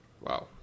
Wow